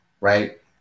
right